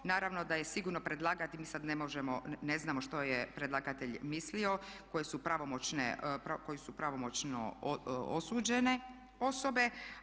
Naravno da je sigurno predlagati, mi sad ne možemo, ne znamo što je predlagatelj mislio, koje su pravomoćno osuđene osobe.